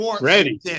Ready